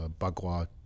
Bagua